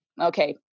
Okay